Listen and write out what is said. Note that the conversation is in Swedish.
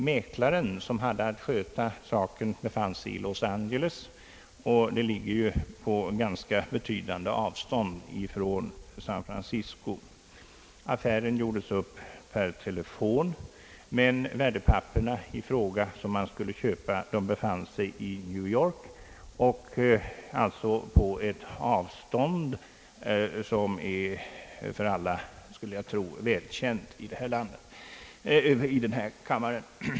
Mäklaren som hade att sköta saken befann sig i Los Angeles, som ju ligger på ett ganska betydande avstånd från San Francisco. Affären gjordes upp per telefon, men värdepapperen i fråga som skulle köpas fanns i New York, alltså på ett avstånd som jag skulle tro är välkänt för alla i denna kammare.